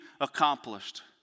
accomplished